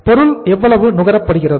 பொருள் எவ்வளவு நுகரப்படுகிறது